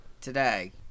today